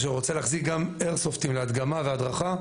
שהוא רוצה להחזיק גם איירסופטים להדגמה ולהדרכה,